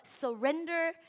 surrender